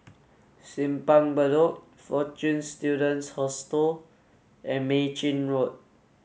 Simpang Bedok Fortune Students Hostel and Mei Chin Road